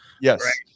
Yes